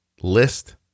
list